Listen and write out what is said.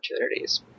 opportunities